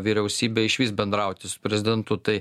vyriausybė išvis bendrauti su prezidentu tai